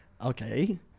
Okay